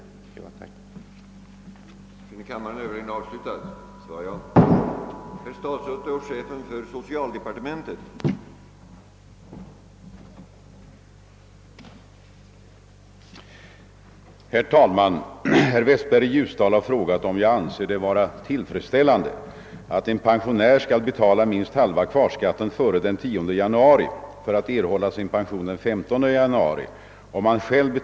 Jag tackar än en gång för svaret.